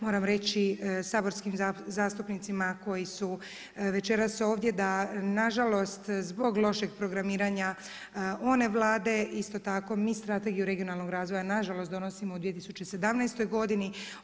Moram reći saborskim zastupnicima koji su večeras ovdje da na žalost zbog lošeg programiranja one Vlade isto tako mi Strategiju regionalnog razvoja na žalost donosimo u 2017. godini.